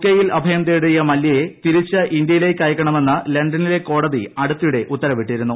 K യിൽ അഭയംതേടിയ മല്യയെ തിരിച്ച് ഇന്ത്യയിലേക്ക് അയയ്ക്കണമെന്ന് ലണ്ടനിലെ കോടതി അടുത്തിടെ ഉത്തരവിട്ടിരുന്നു